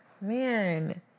Man